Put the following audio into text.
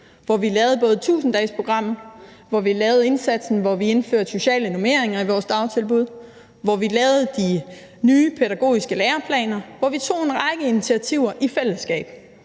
hvor vi lavede både 1.000-dagesprogrammet og lavede indsatsen, hvor vi indførte sociale normeringer i vores dagtilbud, hvor vi lavede de nye pædagogiske læreplaner, og hvor vi tog en række initiativer i fællesskab.